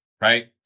right